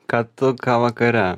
ką tu ką vakare